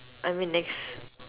I mean next